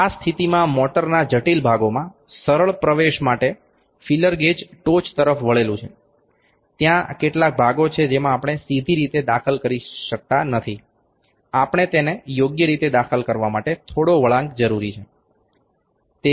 આ સ્થિતિમાં મોટરના જટિલ ભાગોમાં સરળ પ્રવેશ માટે ફીલર ગેજ ટોચ તરફ વળેલું છે ત્યાં કેટલાક ભાગો છે જેમાં આપણે સીધી રીતે દાખલ કરી શકતા નથી આપણે તેને યોગ્ય રીતે દાખલ કરવા માટે થોડો વળાંક જરૂરી છે